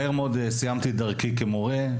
מהר מאוד סיימתי את דרכי כמורה,